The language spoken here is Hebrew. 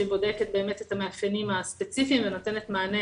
שבודקת את המאפיינים הספציפיים ונותנת מענה